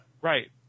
Right